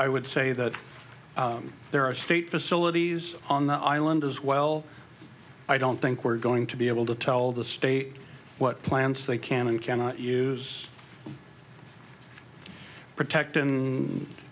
i would say that there are state facilities on the island as well i don't think we're going to be able to tell the state what plants they can and cannot use protect